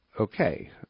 Okay